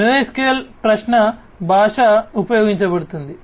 NoSQL ప్రశ్న భాష ఉపయోగించబడుతుంది